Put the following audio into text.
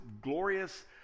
glorious